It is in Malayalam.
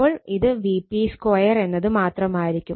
അപ്പോൾ ഇത് Vp2 എന്ന് മാത്രമായിരിക്കും